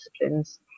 disciplines